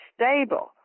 stable